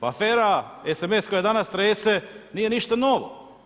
Afera SMS koja danas trese nije ništa novo.